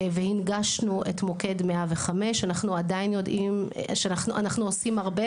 והנגשנו את מוקד 105. אנחנו עושים הרבה,